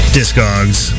Discogs